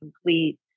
complete